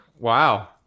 Wow